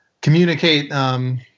communicate